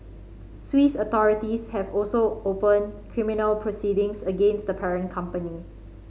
Swiss authorities have also opened criminal proceedings against the parent company